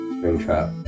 Springtrap